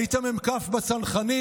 היית מ"כ בצנחנים,